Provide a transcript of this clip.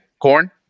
Corn